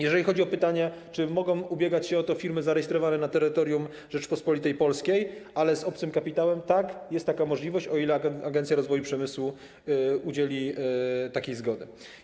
Jeżeli chodzi o pytanie, czy mogą ubiegać się o to firmy zarejestrowane na terytorium Rzeczypospolitej Polskiej, ale z obcym kapitałem, to odpowiadam: tak, jest taka możliwość, o ile Agencja Rozwoju Przemysłu udzieli takiej zgody.